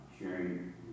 sharing